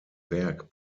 werk